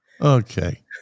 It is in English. Okay